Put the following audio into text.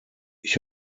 ich